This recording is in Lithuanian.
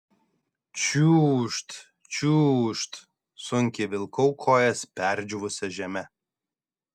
čiūžt čiūžt sunkiai vilkau kojas perdžiūvusia žeme